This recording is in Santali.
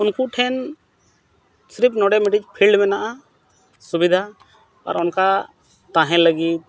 ᱩᱱᱠᱩ ᱴᱷᱮᱱ ᱥᱤᱨᱯ ᱱᱚᱰᱮ ᱢᱤᱫᱴᱤᱡ ᱢᱮᱱᱟᱜᱼᱟ ᱥᱩᱵᱤᱫᱷᱟ ᱟᱨ ᱚᱱᱠᱟ ᱛᱟᱦᱮᱸ ᱞᱟᱹᱜᱤᱫ